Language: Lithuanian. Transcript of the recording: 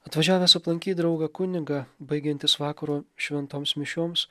atvažiavęs aplankyt draugą kunigą baigiantis vakaro šventoms mišioms